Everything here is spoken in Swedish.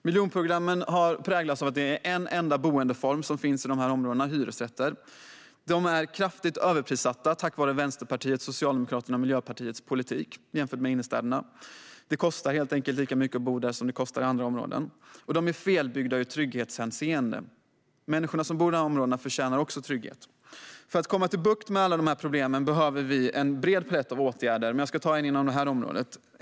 Miljonprogrammen har präglats av att det finns en enda boendeform: hyresrätter. Tack vare Vänsterpartiets, Socialdemokraternas och Miljöpartiets politik är de kraftigt överprissatta, jämfört med hur det är i innerstäderna. Det kostar helt enkelt lika mycket att bo där som det kostar att bo i andra områden. Och dessa områden är felbyggda ur trygghetshänseende. Människorna som bor i dessa områden förtjänar också trygghet. För att få bukt med alla dessa problem behöver vi en bred palett av åtgärder. Jag ska ta upp en inom detta område.